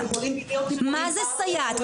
מה זה סייעת,